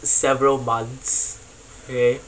several months